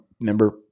remember